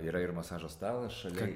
yra ir masažo stalas šalia